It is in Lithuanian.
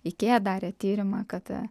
ikea darė tyrimą kad